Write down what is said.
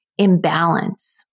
imbalance